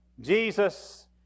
Jesus